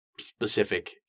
specific